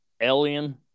alien